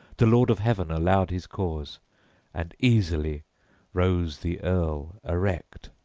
the lord of heaven allowed his cause and easily rose the earl erect.